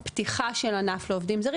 הפתיחה של הענף לעובדים זרים,